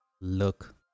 look